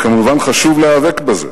וכמובן, חשוב להיאבק בזה,